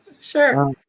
Sure